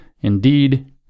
Indeed